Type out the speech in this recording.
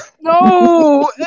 No